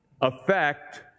affect